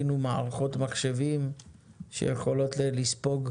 ולדחוף את המערכת הבנקאית ולפתח את זה גם בלי